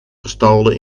gestolen